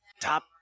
top